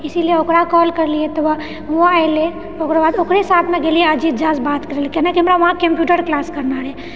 इसीलिये ओकरा कौल करलिऐ तऽ ओ ओहो एलै तऽ ओकरे साथमे गेलिऐ अजीत झासँ बात करै लऽ केना कि हमरा वहाँ कम्प्यूटर क्लास करना रहै